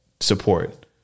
support